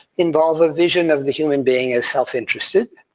involve a vision of the human being as self-interested,